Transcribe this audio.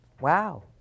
Wow